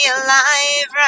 alive